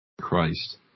Christ